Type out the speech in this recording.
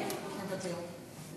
לא,